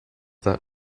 that